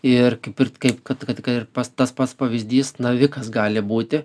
ir kaip ir kaip kad kad kai ir pas tas pats pavyzdys navikas gali būti